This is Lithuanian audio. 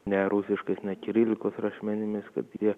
ne rusiškais kirilicos rašmenimis kad prie